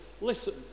listen